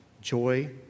joy